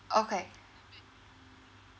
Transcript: okay